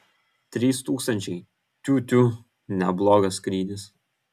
trys tūkstančiai tiū tiū neblogas skrydis